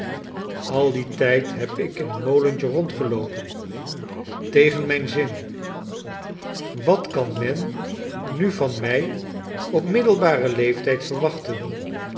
al dien tijd heb ik in een molentje rondgeloopen tegen mijn zin wat kan men nu van mij op middelbaren leeftijd verwachten